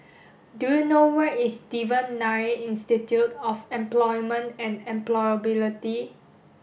do you know where is Devan Nair Institute of Employment and Employability